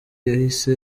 yahise